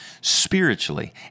Spiritually